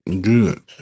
Good